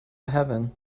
heaven